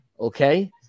Okay